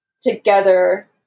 together